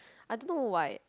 I don't know why